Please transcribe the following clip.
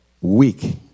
weak